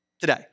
today